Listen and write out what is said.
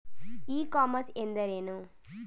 E commerce ಎಂದರೇನು?